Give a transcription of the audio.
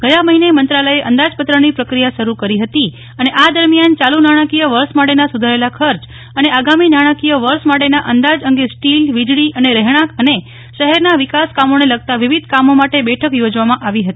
ગયા મહિને મંત્રાલયે અંદાજપત્રની પ્રક્રિયા શરૂ કરી હતી અને આ દરમ્યાન ચાલુ નાણાકીય વર્ષ માટેના સુધારેલા ખર્ચ અને આગામી નાણાકીય વર્ષ માટેના અંદાજ અંગે સ્ટીલવિજળી અને રહેણાંક અને શહેરના વિકાસ કામોને લગતા વિવિધ કામો માટે બેઠક યોજવામાં આવી હતી